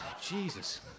Jesus